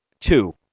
Two